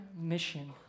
mission